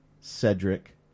Cedric